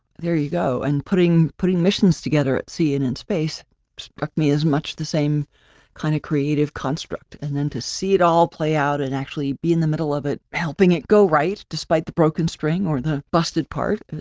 there you go. and putting, putting missions together at sea in in space struck me as much the same kind of creative construct, and then to see it all play out and actually be in the middle of it, helping it go right, despite the broken string or the busted part,